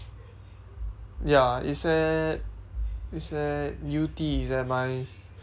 ya it's at it's at yew-tee it's at my